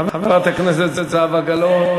חברת הכנסת זהבה גלאון.